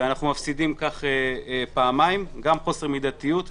ואנחנו מפסידים כך פעמיים: גם חוסר מדתיות,